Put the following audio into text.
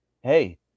hey